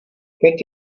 teď